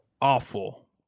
awful